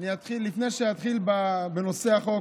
לפני שאתחיל בנושא הצעת החוק,